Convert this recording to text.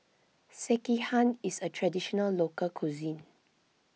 Sekihan is a Traditional Local Cuisine